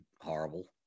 horrible